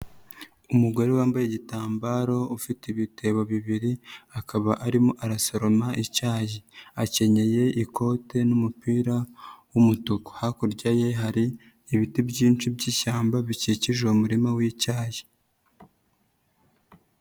Umugore wambaye igitambaro ufite ibitebo bibiri akaba arimo arasaroma ityayi, akenyeye ikote n'umupira w'umutuku, hakurya ye hari ibiti byinshi by'ishyamba bikikije uwo muririma w'icyayi.